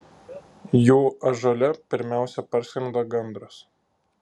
jų ąžuole pirmiausia parskrenda gandras